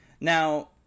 Now